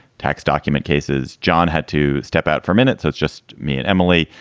tax document cases, john had to step out four minutes. it's just me and emily.